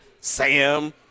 Sam